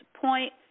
point